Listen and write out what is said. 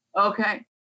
Okay